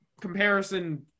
Comparison